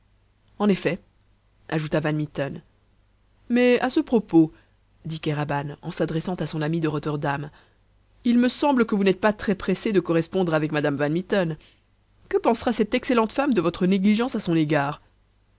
en effet ajouta van mitten mais à ce propos dit kéraban en s'adressant à son ami de rotterdam il me semble que vous n'êtes pas très empressé de correspondre avec madame van mitten que pensera cette excellente femme de votre négligence à son égard